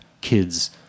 kids